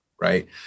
Right